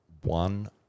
one